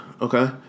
Okay